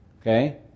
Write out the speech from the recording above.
Okay